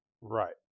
right